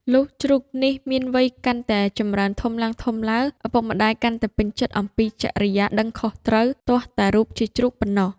លុះជ្រូកនេះមានវ័យកាន់តែចម្រើនធំឡើងៗ ឪពុកម្ដាយកាន់តែពេញចិត្ដអំពីចរិយាដឹងខុសត្រូវ ទាស់តែរូបជា ជ្រូកប៉ុណ្ណោះ។